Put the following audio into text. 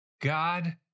God